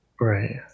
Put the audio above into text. Right